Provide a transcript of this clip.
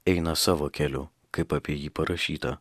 eina savo keliu kaip apie jį parašyta